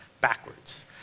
backwards